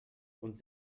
und